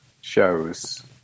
shows